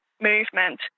movement